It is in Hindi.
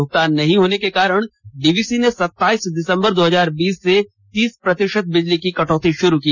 भुगतान नहीं होने के कारण डीवीसी ने सताइस दिसंबर दो हजार बीस से तीस प्रतिषत बिजली की कटौती शुरू की